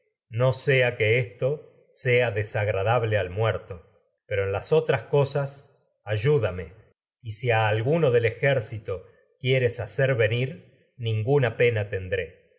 no sea que esto sea desagradable y al muerto pero las otras cosas ayúdame si a alguno del ejército quieres hacer venir ninguna pena tendré